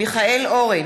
מיכאל אורן,